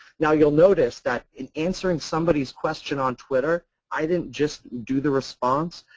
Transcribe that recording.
now, you'll notice that in answering somebody's question on twitter i didn't just do the response,